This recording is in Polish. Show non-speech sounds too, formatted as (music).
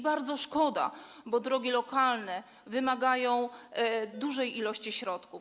Bardzo szkoda, bo drogi lokalne wymagają (noise) dużej ilości środków.